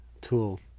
tool